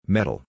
Metal